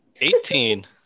Eighteen